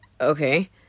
Okay